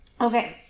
Okay